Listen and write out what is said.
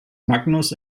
magnus